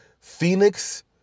Phoenix